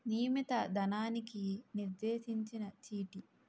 నియమిత ధనానికి నిర్దేశించిన చీటీ